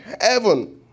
heaven